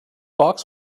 box